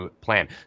plan